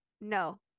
No